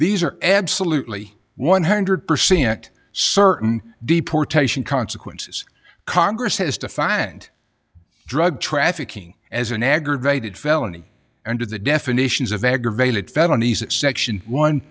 these are absolutely one hundred percent certain deportation consequences congress has to find drug trafficking as an aggravated felony under the definitions of aggravated felony section one